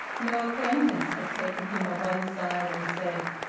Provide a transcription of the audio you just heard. no acquaintance had taken him on one side and said,